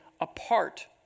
apart